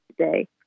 today